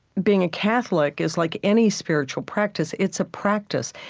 being a catholic is like any spiritual practice. it's a practice.